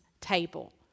table